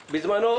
גירעונות,